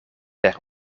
per